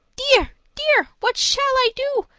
dear! dear! what shall i do?